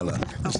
תימחק,